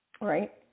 Right